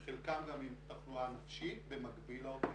חלקם גם עם תחלואה נפשית במקביל לאוטיזם.